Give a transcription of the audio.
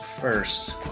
first